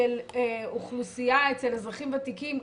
אצל אזרחים ותיקים,